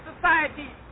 society